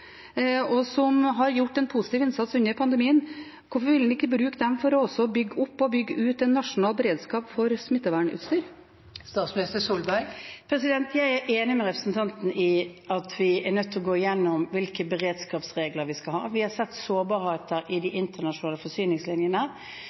og som har gjort en positiv innsats under pandemien? Hvorfor vil en ikke bruke dem for også å bygge opp og bygge ut en nasjonal beredskap for smittevernutstyr? Jeg er enig med representanten i at vi er nødt til å gå gjennom hvilke beredskapsregler vi skal ha. Vi har sett sårbarheter i de